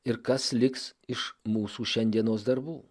ir kas liks iš mūsų šiandienos darbų